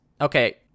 okay